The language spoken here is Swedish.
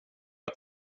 att